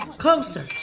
closer.